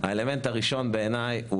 האלמנט הראשון בעיניי הוא